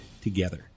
together